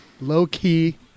low-key